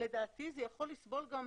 שלדעתי זה יכול לסבול גם